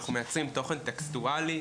אנחנו מייצרים תוכן טקסטואלי,